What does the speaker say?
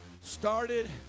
Started